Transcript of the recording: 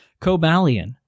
Cobalion